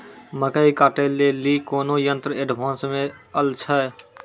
मकई कांटे ले ली कोनो यंत्र एडवांस मे अल छ?